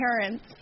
parents